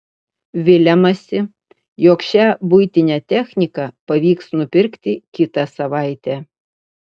viliamasi jog šią buitinę techniką pavyks nupirkti kitą savaitę